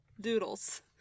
doodles